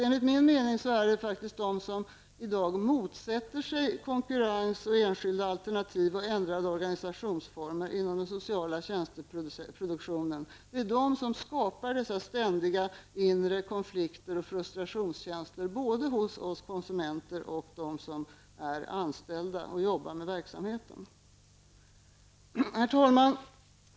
Enligt min mening är det faktiskt de som i dag motsätter sig konkurrens, enskilda alternativ och ändrade organisationsformer inom den sociala tjänsteproduktionen som skapar dessa ständiga inre konflikter och frustrationskänslor både hos oss konsumenter och hos dem som är anställda och jobbar med verksamheten. Herr talman!